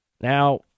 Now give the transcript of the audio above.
Now